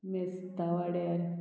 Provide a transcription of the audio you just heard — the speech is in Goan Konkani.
मेस्तावड्यार